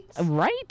Right